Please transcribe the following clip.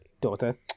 daughter